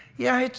yeah,